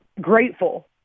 grateful